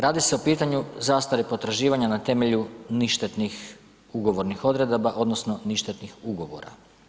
Radi se o pitanju zastare potraživanja na temelju ništetnih ugovornih odredaba odnosno ništetnih ugovora.